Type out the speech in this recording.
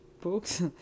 books